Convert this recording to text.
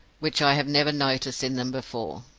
which i have never noticed in them before.